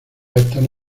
están